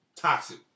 Toxic